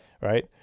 Right